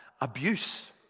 abuse